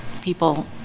people